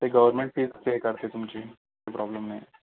ते government fees pay करते तुमची प्रॉब्लेम नाही